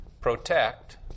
protect